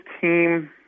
team